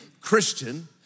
Christian